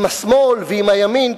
עם השמאל ועם הימין,